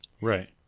Right